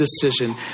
decision